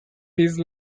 peace